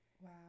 Wow